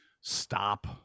stop